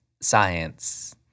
science